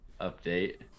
update